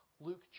Luke